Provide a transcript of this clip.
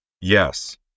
yes